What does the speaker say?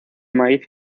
maíz